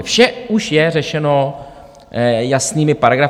Vše už je řešeno jasnými paragrafy.